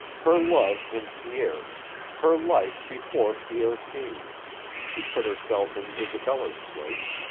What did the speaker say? her love and pierre's her life before pierre came to put herself in isabella's place,